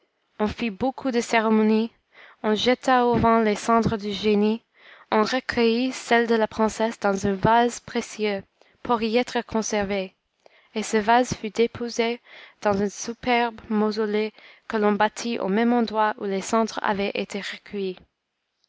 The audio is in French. on fit beaucoup de cérémonies on jeta au vent les cendres du génie on recueillit celles de la princesse dans un vase précieux pour y être conservées et ce vase fut déposé dans un superbe mausolée que l'on bâtit au même endroit où les cendres avaient été recueillies